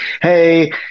hey